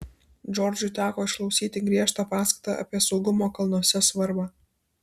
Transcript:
džordžui teko išklausyti griežtą paskaitą apie saugumo kalnuose svarbą